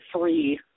three